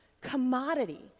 commodity